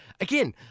Again